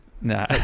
Nah